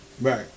Right